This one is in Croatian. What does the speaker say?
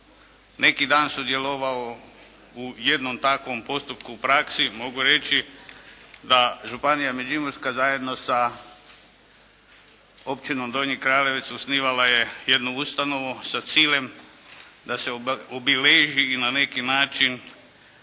neki dan sudjelovao u jednom takvom postupku u praksi mogu reći da Županija Međimurska zajedno sa općinom Donji Kraljevec osnivala je jednu ustanovu sa ciljem da se obilježi i na neki način